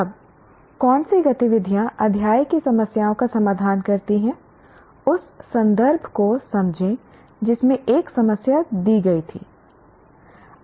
अब कौन सी गतिविधियाँ अध्याय की समस्याओं का समाधान करती हैं उस संदर्भ को समझें जिसमें एक समस्या दी गई थी